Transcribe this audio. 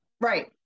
Right